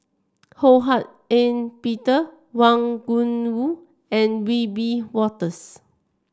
Ho Hak Ean Peter Wang Gungwu and Wiebe Wolters